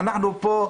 אנחנו פה,